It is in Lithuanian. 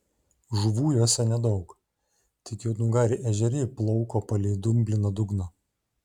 žuvų juose nedaug tik juodnugariai ešeriai plauko palei dumbliną dugną